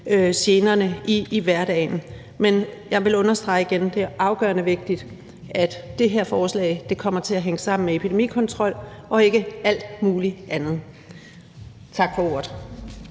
generne i hverdagen. Men jeg vil igen understrege, at det er afgørende vigtigt, at det her forslag kommer til at hænge sammen med epidemikontrol og ikke alt muligt andet. Tak for ordet.